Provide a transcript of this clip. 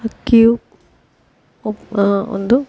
ಅಕ್ಕಿಯು ಒ ಒಂದು